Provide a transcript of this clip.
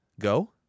Go